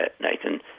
Nathan